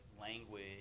language